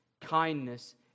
Kindness